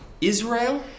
Israel